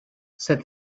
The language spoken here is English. said